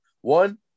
One